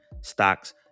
stocks